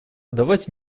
давайте